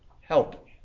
help